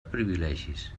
privilegis